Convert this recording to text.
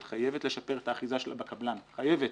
לשפר את האחיזה שלה בקבלן, חייבת.